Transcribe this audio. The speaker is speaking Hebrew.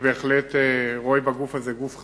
אני בהחלט רואה בגוף הזה גוף חשוב.